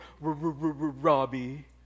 Robbie